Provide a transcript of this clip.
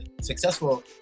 successful